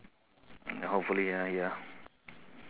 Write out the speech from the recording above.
hopefully ya ya